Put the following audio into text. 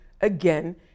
again